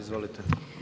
Izvolite.